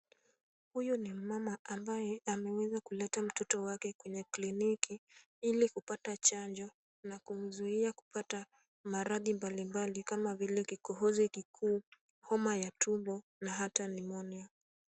Huyu ni mama ambaye ameweza kuleta mtoto wake kwenye kliniki ili kupata chanjo na kumzuia kupata maradhi mbali mbali kama vile kikohozi kikuu, homa ya tumbo na hata nimonia.